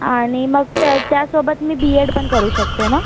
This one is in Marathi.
आणि मग त्या त्यासोबत मी बी एड पण करू शकते ना